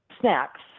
snacks